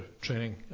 training